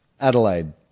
Adelaide